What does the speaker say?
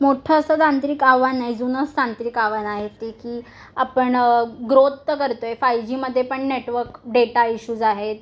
मोठं असं तांत्रिक आव्हान आहे जुनंच तांत्रिक आव्हान आहे ते की आपण ग्रोथ तर करतो आहे फाईव जीमध्ये पण नेटवर्क डेटा इश्यूज आहेत